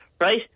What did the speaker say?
right